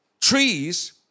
trees